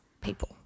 people